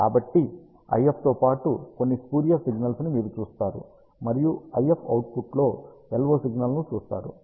కాబట్టి IF తో పాటు కొన్ని స్పూరియస్ సిగ్నల్స్ ని మీరు చూస్తారు మరియు IF అవుట్పుట్లో LO సిగ్నల్ను చూస్తారు